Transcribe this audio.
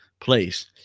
place